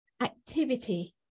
activity